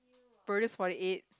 produce forty eight